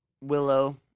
Willow